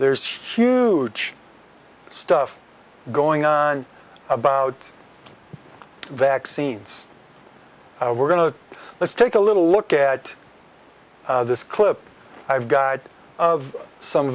there's huge stuff going on about vaccines we're going to let's take a little look at this clip i've got of some